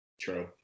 True